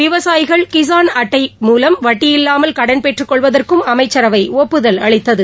விவசாயிகள் கிஸான் கடன் அட்டை மூலம் வட்டியில்லாமல் கடன்பெற்று கொள்வதற்கும் அமைச்சரவை ஒப்புதல் அளித்தது